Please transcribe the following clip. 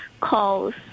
calls